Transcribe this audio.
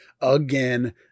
again